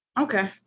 Okay